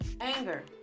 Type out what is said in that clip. anger